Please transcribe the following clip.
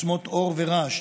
עוצמות אור ורעש,